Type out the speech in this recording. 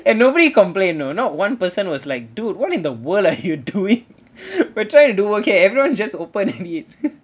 and nobody complain you know not one person was like dude what in the world are you doing we're try to do okay everyone just open and eat